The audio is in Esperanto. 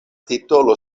titolo